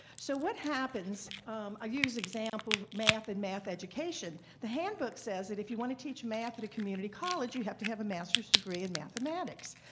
so what happens ah example of math and math education. the handbook said if you want to teach math at a community college you have to have a master's degree in mathematics.